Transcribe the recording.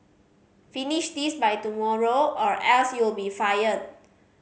finish this by tomorrow or else you'll be fired